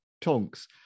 Tonks